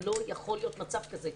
לא יכול להיות מצב כזה.